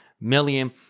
million